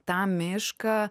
tą mišką